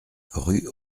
rue